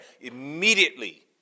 immediately